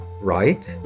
right